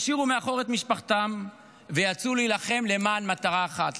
השאירו מאחור את משפחתם ויצאו להילחם למען מטרה אחת,